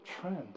trend